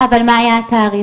אבל מה היה התעריף?